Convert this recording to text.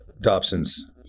Dobson's